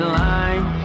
line